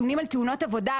לקבל נתונים על תאונות עבודה,